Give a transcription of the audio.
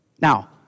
Now